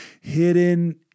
hidden